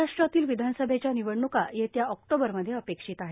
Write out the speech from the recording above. महाराश्ट्रातील विधानसभेच्या निवडणुका येत्या ऑक्टोबरमध्ये अपेक्षित आहेत